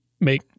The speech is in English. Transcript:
make